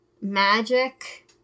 magic